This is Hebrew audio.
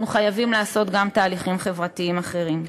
אנחנו חייבים לעשות גם תהליכים חברתיים אחרים.